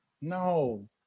no